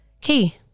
Key